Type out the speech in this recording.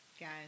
Guys